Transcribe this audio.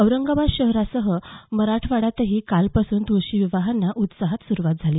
औरंगाबादसह मराठवाड्यातही कालपासून तुळशीविवाहांना उत्साहात सुरवात झाली